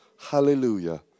Hallelujah